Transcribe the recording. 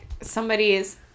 somebody's